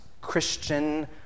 Christian